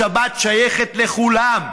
השבת שייכת לכולם.